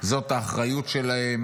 זאת האחריות שלהם